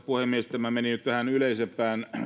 puhemies tämä meni nyt vähän yleisempään